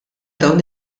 dawn